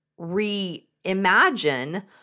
reimagine